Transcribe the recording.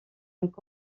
camp